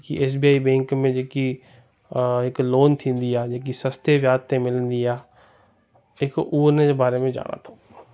जेकी S B I bank में जेकी हिकु लोन थींदी आहे जेकी सस्ते व्याज ते मिलंदी आहे हिकु उनजे बारे में ॼाणां थो